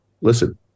listen